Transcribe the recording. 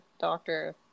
doctor